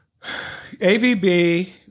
AVB